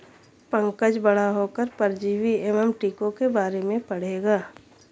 पंकज बड़ा होकर परजीवी एवं टीकों के बारे में पढ़ेगा